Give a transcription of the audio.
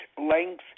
length